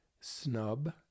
snub